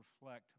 reflect